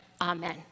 amen